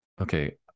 okay